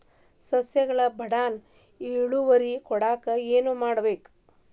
ಸಸ್ಯಗಳು ಬಡಾನ್ ಇಳುವರಿ ಕೊಡಾಕ್ ಏನು ಮಾಡ್ಬೇಕ್?